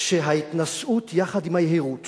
כשההתנשאות והיהירות